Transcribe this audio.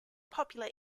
popular